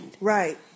Right